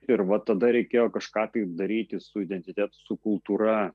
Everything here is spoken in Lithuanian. ir va tada reikėjo kažką tai daryti su identitetu su kultūra